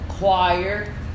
Choir